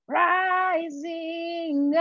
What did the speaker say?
rising